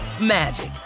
magic